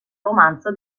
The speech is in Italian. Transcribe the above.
romanzo